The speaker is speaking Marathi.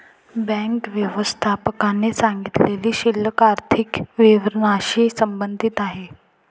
बँक व्यवस्थापकाने सांगितलेली शिल्लक आर्थिक विवरणाशी संबंधित आहे